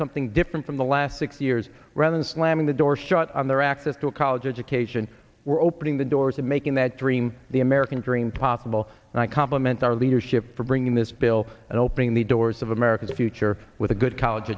something different from the last six years rather than slamming the door shut on their access to a college education we're opening the doors to making that dream the american dream possible and i compliment our leadership for bringing this bill and opening the doors of america's future with a good college